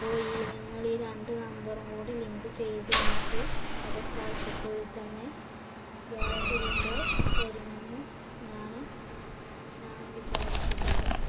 അപ്പോൾ ഈ നിങ്ങൾ ഈ രണ്ട് നമ്പറും കൂടി ലിങ്ക് ചെയ്ത് എനിക്ക് അടുത്ത ആഴ്ചക്കുള്ളിൽ തന്നെ ഗ്യാസ് സിലിണ്ടർ തരുമെന്ന് ഞാൻ ഞാൻ വിചാരിക്കുന്നത്